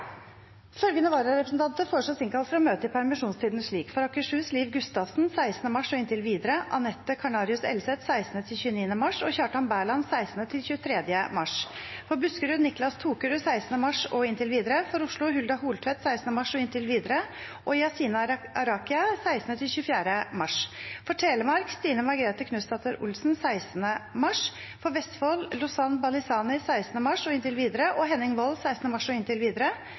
Følgende vararepresentanter innkalles for å møte i permisjonstiden slik: For Akershus: Liv Gustavsen 16. mars og inntil videre Anette Carnarius Elseth 16.–29. mars Kjartan Berland 16.–23. mars For Buskerud: Niclas Tokerud 16. mars og inntil videre For Oslo: Hulda Holtvedt 16. mars og inntil videre Yassine Arakia 16.–24. mars For Telemark: Stine Margrethe Knutsdatter Olsen 16. mars For Vestfold: Lozan Balisany 16. mars og inntil videre Henning Wold 16. mars og inntil videre